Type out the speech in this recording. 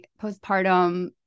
postpartum